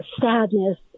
sadness